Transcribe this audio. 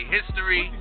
history